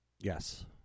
Yes